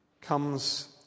comes